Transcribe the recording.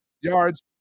yards